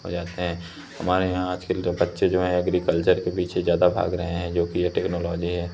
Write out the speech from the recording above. हो जाते हैं हमारे यहाँ आजकल के बच्चे जो हैं ऐग्रिकल्चर के पीछे ज़्यादा भाग रहे हैं जो कि यह टेक्नॉलोजी है